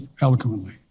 eloquently